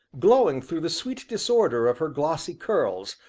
glowing through the sweet disorder of her glossy curls,